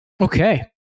okay